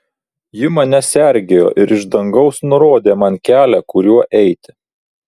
ji mane sergėjo ir iš dangaus nurodė man kelią kuriuo eiti